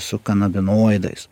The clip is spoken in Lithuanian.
su kanabinoidais